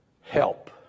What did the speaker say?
help